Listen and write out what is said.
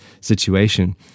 situation